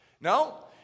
No